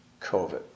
COVID